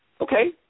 Okay